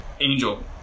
angel